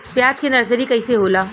प्याज के नर्सरी कइसे होला?